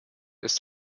ist